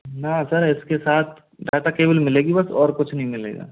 ना सर इसके साथ डाटा केवल मिलेगी बस और कुछ नहीं मिलेगा